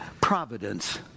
providence